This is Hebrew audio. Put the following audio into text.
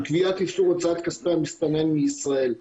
של קביעת איסור הוצאת כספי המסתנן מישראל.